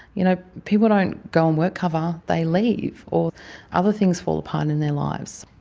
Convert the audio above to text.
you know people don't go on workcover they leave. or other things fall apart in their lives.